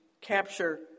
capture